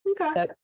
okay